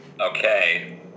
Okay